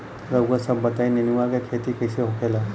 रउआ सभ बताई नेनुआ क खेती कईसे होखेला?